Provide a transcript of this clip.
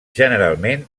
generalment